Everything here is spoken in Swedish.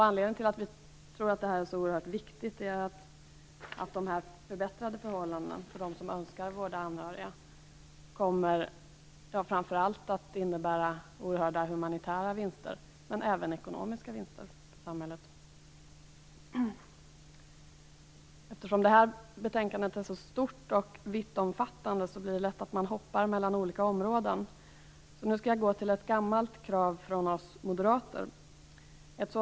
Anledningen till att vi tror att detta är så oerhört viktigt är att förbättrade förhållanden för dem som önskar vårda anhöriga framför allt kommer att innebära oerhörda humanitära vinster, men även ekonomiska vinster för samhället. Eftersom det här betänkandet är så stort och vittomfattande blir det lätt att man hoppar mellan olika områden. Nu skall jag gå till ett gammalt krav från oss moderater.